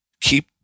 Keep